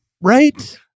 Right